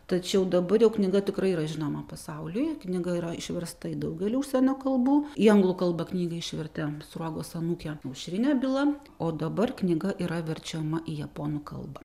tačiau dabar jau knyga tikrai yra žinoma pasauliui knyga yra išversta į daugelį užsienio kalbų į anglų kalbą knygą išvertė sruogos anūkė aušrinė byla o dabar knyga yra verčiama į japonų kalbą